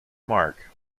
marc